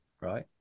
right